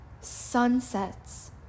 sunsets